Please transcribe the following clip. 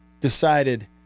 decided